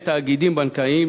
ובהם תאגידים בנקאיים,